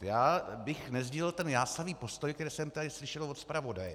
Já bych nesdílel ten jásavý postoj, který jsem tady slyšel od zpravodaje.